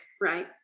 right